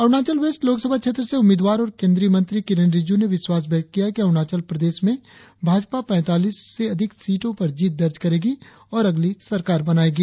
Arunachal West Lok Sabha क्षेत्र से उम्मीदवार और केंद्रीय मंत्री किरेन रिजिज् ने विश्वास व्यक्त किया है कि अरुणाचल प्रदेश में भाजपा पैतालीस से अधिक सीटों पर जीत दर्ज करेगी और अगले सरकार बनायेगी